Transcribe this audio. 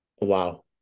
wow